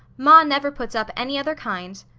ma never puts up any other kind.